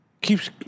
keeps